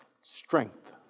strength